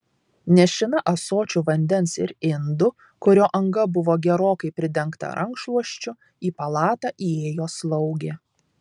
nešina ąsočiu vandens ir indu kurio anga buvo gerokai pridengta rankšluosčiu į palatą įėjo slaugė